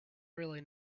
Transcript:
really